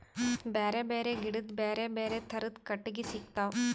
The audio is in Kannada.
ಬ್ಯಾರೆ ಬ್ಯಾರೆ ಗಿಡದ್ ಬ್ಯಾರೆ ಬ್ಯಾರೆ ಥರದ್ ಕಟ್ಟಗಿ ಸಿಗ್ತವ್